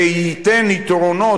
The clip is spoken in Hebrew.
וייתן יתרונות,